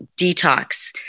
detox